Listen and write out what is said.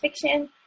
fiction